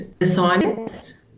assignments